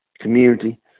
community